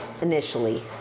initially